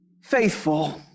faithful